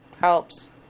helps